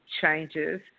changes